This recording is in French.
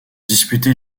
disputé